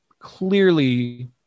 clearly